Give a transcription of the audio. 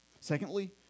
Secondly